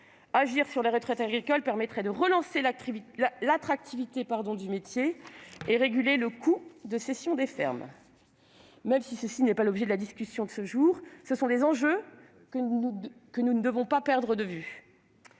Agir sur les retraites agricoles permettrait de relancer l'attractivité du métier et de réguler le coût de cession des fermes. Même si ce n'est pas l'objet de la discussion de ce jour, ce sont des enjeux que nous ne devons pas perdre de vue.